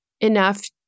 enough